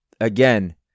again